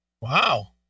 Wow